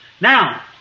Now